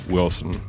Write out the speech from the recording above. Wilson